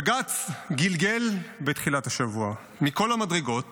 בג"ץ גלגל בתחילת השבוע מכל המדרגות